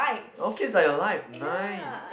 oh kids are your life nice